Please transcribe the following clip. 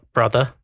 Brother